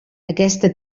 aquesta